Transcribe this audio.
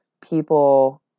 people